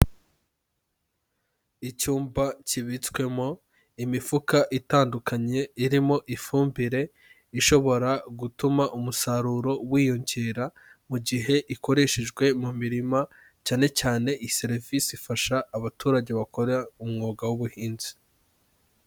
Icyumba kibitswemo imifuka itandukanye irimo ifumbire, ishobora gutuma umusaruro wiyongera mu gihe ikoreshejwe mu mirima, cyane cyane iyi serivisi ifasha abaturage bakora umwuga w'ubuhinzi.